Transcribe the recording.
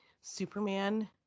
Superman